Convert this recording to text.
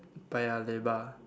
Paya-Lebar